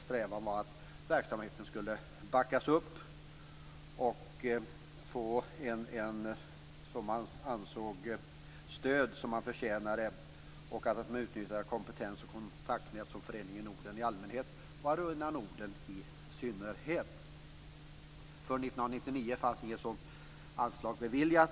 Strävan var att verksamheten skulle få det stöd som det förtjänade och att man utnyttjade den kompetens och det kontaktnät som finns hos Föreningen Norden i allmänhet och hos Arena Norden i synnerhet. För år 1999 finns inget sådant anslag beviljat.